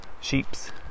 sheeps